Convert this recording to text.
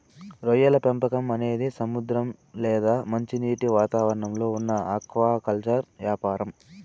రొయ్యల పెంపకం అనేది సముద్ర లేదా మంచినీటి వాతావరణంలో ఉన్న ఆక్వాకల్చర్ యాపారం